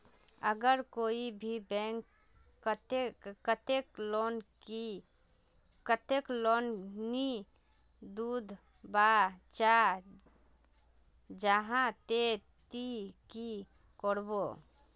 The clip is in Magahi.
अगर कोई भी बैंक कतेक लोन नी दूध बा चाँ जाहा ते ती की करबो?